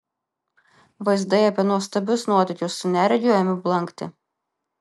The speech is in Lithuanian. vaizdai apie nuostabius nuotykius su neregiu ėmė blankti